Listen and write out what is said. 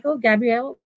Gabrielle